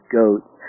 goats